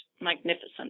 magnificent